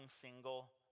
single